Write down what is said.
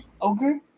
Ogre